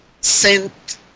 sent